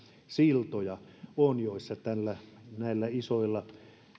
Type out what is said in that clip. siltoja joissa näillä isoilla